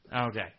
Okay